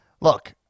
look